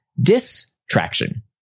distraction